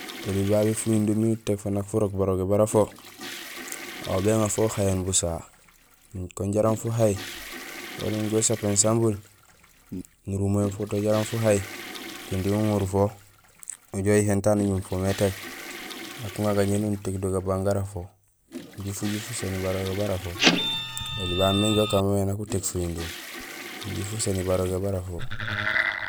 Oli babé fuyundum éni utéék fo, fo nak furok barogé bara fo, aw béŋaar fo uŋayéén busaha kun jaraam fuhay, wala nujoow usapéén sambun nuruméén foto jaraam fuhay, kinding uŋorul fo ujoow uyihéén taan uñunfo mé étéék, nak uŋaar gañéni nutéék gabang gara fo imbi fuju fuséni barogé bara fo Oli babé mé inja ukaan mémé miin utéék fuyundum imbi fuséni barogé bara fo.